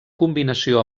combinació